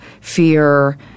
fear